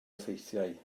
effeithiau